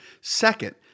Second